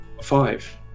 five